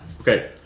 Okay